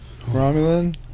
Romulan